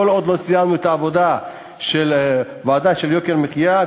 כל עוד לא סיימנו את העבודה של הוועדה ליוקר המחיה,